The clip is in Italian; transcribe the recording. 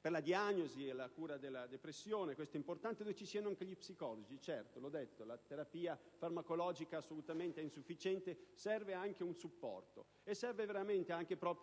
per la diagnosi e la cura della depressione ed è importante che ci siano anche gli psicologi. Come ho detto, la terapia farmacologica è assolutamente insufficiente, occorre anche un supporto e serve veramente